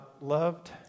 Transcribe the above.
loved